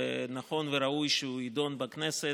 ונכון וראוי שהוא יידון בכנסת,